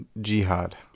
Jihad